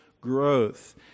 growth